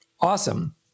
awesome